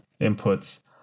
inputs